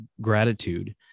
gratitude